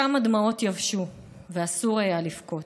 שם הדמעות יבשו ואסור היה לבכות.